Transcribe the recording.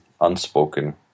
unspoken